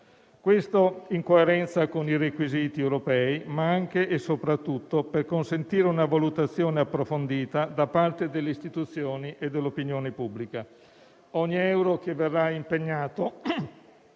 ricco, in coerenza con i requisiti europei ma anche e soprattutto per consentire una valutazione approfondita da parte delle istituzioni e dell'opinione pubblica. Ogni euro che verrà impegnato,